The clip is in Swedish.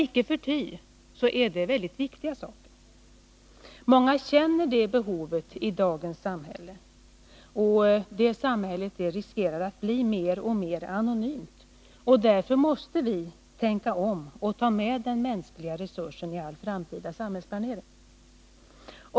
Icke förty är det väldigt viktiga saker. Många känner det behovet i dagens samhälle, och det samhället riskerar att bli mer och mer anonymt. Därför måste vi tänka om och ta med den mänskliga resursen i all framtida samhällsplanering.